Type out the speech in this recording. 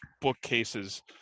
bookcases